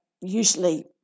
usually